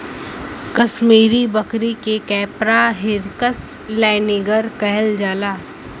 कसमीरी बकरी के Capra hircus laniger कहल जाला